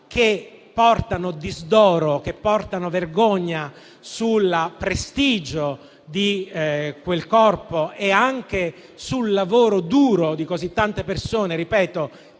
che portano disdoro e vergogna sul prestigio di quel corpo e anche sul lavoro duro di così tante persone (tanto